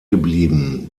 geblieben